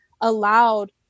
allowed